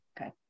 okay